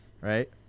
right